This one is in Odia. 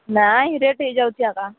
ନାଇଁ ରେଟ୍ ହେଇଯାଉଛି ଆକା